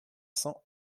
cents